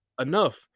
enough